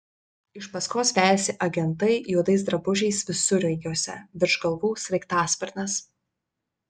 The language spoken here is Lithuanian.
iš paskos vejasi agentai juodais drabužiais visureigiuose virš galvų sraigtasparnis